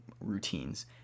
routines